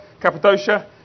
Cappadocia